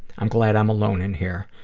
i'm glad i'm alone in here.